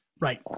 Right